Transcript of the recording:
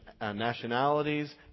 nationalities